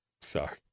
Sorry